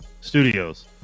Studios